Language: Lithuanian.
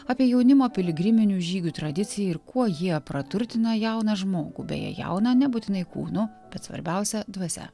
apie jaunimo piligriminių žygių tradiciją ir kuo jie praturtina jauną žmogų beje jauną nebūtinai kūnu bet svarbiausia dvasia